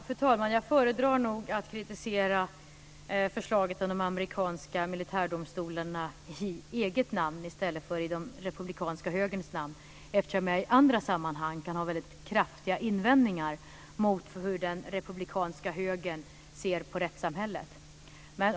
Fru talman! Jag föredrar nog att kritisera förslaget om de amerikanska militärdomstolarna i eget namn i stället för i den republikanska högerns namn, eftersom jag i andra sammanhang kan ha väldigt kraftiga invändningar mot hur den republikanska högern ser på rättssamhället. Fru talman!